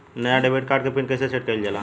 नया debit card क pin कईसे सेट कईल जाला?